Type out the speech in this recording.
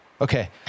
Okay